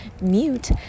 mute